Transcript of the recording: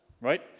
right